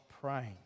praying